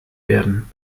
werden